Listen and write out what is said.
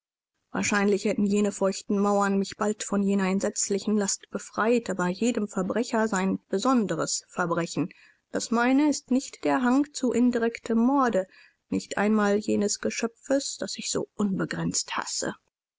wahrscheinlich hätten jene feuchten mauern mich bald von jener entsetzlichen last befreit aber jedem verbrecher sein besonderes verbrechen das meine ist nicht der hang zu indirektem morde nicht einmal jenes geschöpfes das ich so unbegrenzt hasse